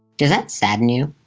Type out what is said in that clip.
does that sadden you?